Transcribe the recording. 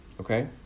okay